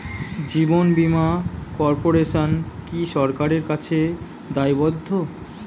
জীবন বীমা কর্পোরেশন কি সরকারের কাছে দায়বদ্ধ?